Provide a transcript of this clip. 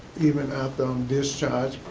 even after um discharged,